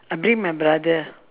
I bring my brother